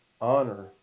Honor